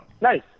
nice